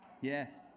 Yes